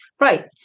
right